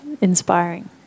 inspiring